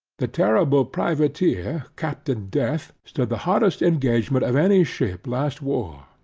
the terrible privateer, captain death, stood the hottest engagement of any ship last war,